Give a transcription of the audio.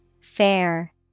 Fair